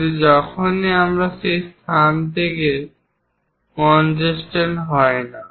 কিন্তু যখনই সেই স্থানটি সেখানে কঞ্জেসস্টেড হয় না